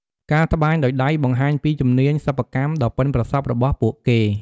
ការត្បាញដោយដៃបង្ហាញពីជំនាញសិប្បកម្មដ៏ប៉ិនប្រសប់របស់ពួកគេ។